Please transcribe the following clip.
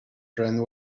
friend